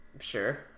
Sure